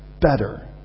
better